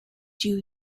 you